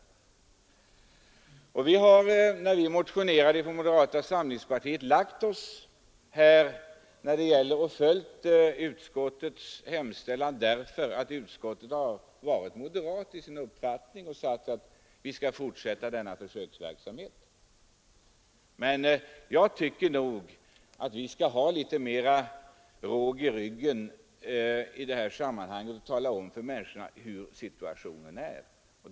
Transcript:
I utskottet har vi följt utskottets hemställan därför att utskottet varit moderat i sin uppfattning och sagt att man skall fortsätta denna försöksverksamhet. Men jag tycker nog att vi skall ha litet mera råg i ryggen och tala om för människorna hurudan situationen är.